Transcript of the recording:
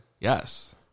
Yes